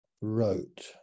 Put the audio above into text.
wrote